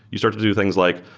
you start to do things like,